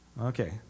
Okay